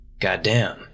Goddamn